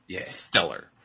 stellar